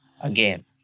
again